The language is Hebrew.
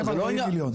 240 מיליון.